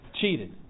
cheated